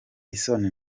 isoni